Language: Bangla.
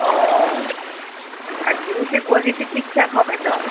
ও আর জিনিসের কোয়ালিটি ঠিকঠাক হবে তো